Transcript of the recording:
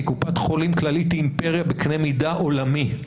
כי קופת חולים כללית היא אימפריה בקנה מידה עולמי,